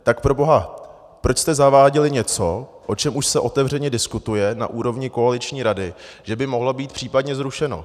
Tak proboha, proč jste zaváděli něco, o čem už se otevřeně diskutuje na úrovni koaliční rady, že by mohlo být případně zrušeno?